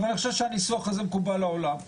אבל אני חושב שהניסוח הזה מקובל על כולם,